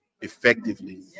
effectively